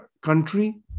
country